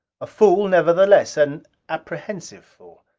a fool, nevertheless. an apprehensive fool.